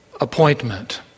appointment